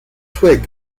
twig